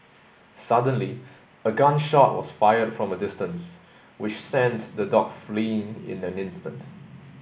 suddenly a gun shot was fired from a distance which sent the dog fleeing in an instant